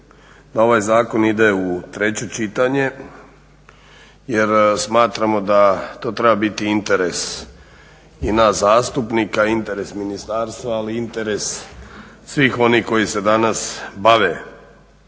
ovaj zakon ide u treće čitanje jer smatramo da to treba biti interes i nas zastupnika, interes ministarstva ali interes svih onih koji se danas bave